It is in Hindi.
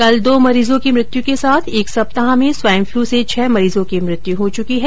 कल दो मरीजों की मृत्यु के साथ एक सप्ताह में स्वाइन पलू से छह मरीजों की मृत्यु हो चुकी है